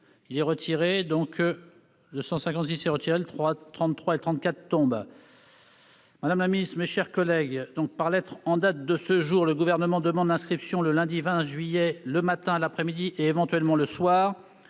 n 33 rectifié et 34 rectifié ne sont pas soutenus. Madame la ministre, mes chers collègues, par lettre en date de ce jour, le Gouvernement demande l'inscription le lundi 20 juillet, le matin, l'après-midi et, éventuellement, le soir